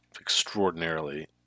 extraordinarily